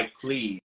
please